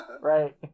Right